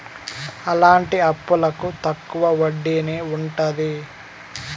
ఇలాంటి అప్పులకు తక్కువ వడ్డీనే ఉంటది